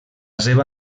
seva